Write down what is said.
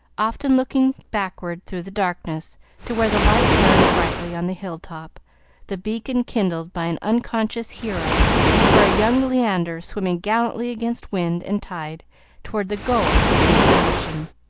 often looking backward through the darkness to where the light burned brightly on the hill-top the beacon kindled by an unconscious hero for a young leander swimming gallantly against wind and tide toward the goal of his ambition.